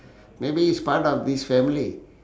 maybe he's part of this family